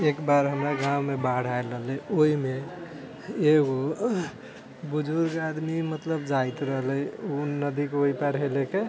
एकबेर हमरा गाँवमे बाढ़ि आएल रहलै ओहिमे एगो बुजुर्ग आदमी मतलब जाइत रहलै ओ नदीके ओहिपार हेलैके